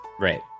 Right